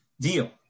deal